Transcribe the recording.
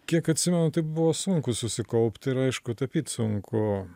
kiek atsimenu tai buvo sunku susikaupti ir aišku tapyt sunku